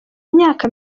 imyaka